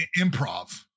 improv